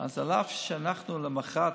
לנתניהו ולטראמפ.